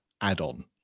add-on